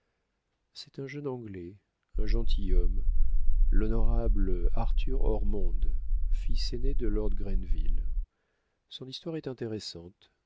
c'est un jeune anglais un gentilhomme l'honorable arthur ormond fils aîné de lord grenville son histoire est intéressante